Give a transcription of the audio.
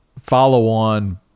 follow-on